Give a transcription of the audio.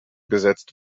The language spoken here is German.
gesetzt